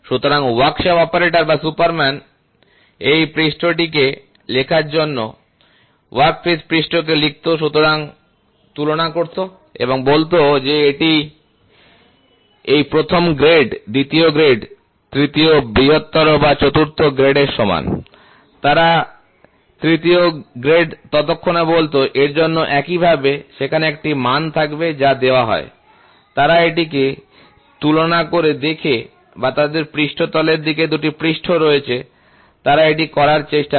সুতরাং workshop operator বা superman এই পৃষ্ঠটিকে লেখার জন্য ওয়ার্কপিস পৃষ্ঠকে লিখত তুলনা করত এবং বলত যে এটি এই প্রথম গ্রেড দ্বিতীয় গ্রেড তৃতীয় বৃহত্তর বা চতুর্থ গ্রেডের সমান তারা তৃতীয় গ্রেড ততক্ষণে বলত এর জন্য একইভাবে সেখানে একটি মান থাকবে যা দেওয়া হয় তারা এটিকে তুলনা করে দেখে বা তাদের পৃষ্ঠতলের দিকে দুটি পৃষ্ঠ রয়েছে তারা এটি করার চেষ্টা করে